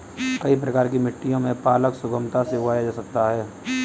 कई प्रकार की मिट्टियों में पालक सुगमता से उगाया जा सकता है